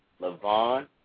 Levon